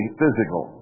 physical